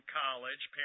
college